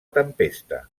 tempesta